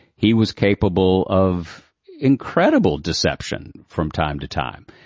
he was capable of incredible deception from time to time.